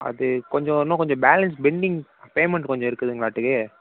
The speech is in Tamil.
அது கொஞ்சம் இன்னும் கொஞ்சம் பேலன்ஸ் பெண்டிங் பேமண்ட் கொஞ்சம் இருக்குதுங்காட்டிக்கே